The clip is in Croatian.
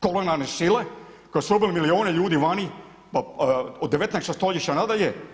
Kolonijalne sile koje su ubile milijune ljudi vani od 19. stoljeća na dalje.